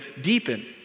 deepen